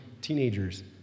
teenagers